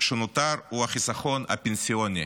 שנותר הוא החיסכון הפנסיוני